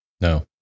No